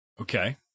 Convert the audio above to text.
Okay